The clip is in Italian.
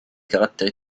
carattere